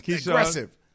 aggressive